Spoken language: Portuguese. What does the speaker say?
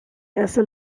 essa